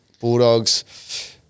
Bulldogs